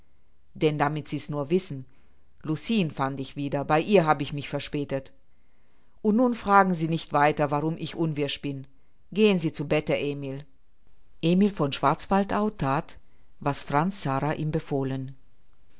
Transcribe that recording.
denn damit sie's nur wissen lucien fand ich wieder bei ihr hab ich mich verspätet und nun fragen sie nicht weiter warum ich unwirsch bin gehen sie zu bette emil emil von schwarzwaldau that was franz sara ihm befohlen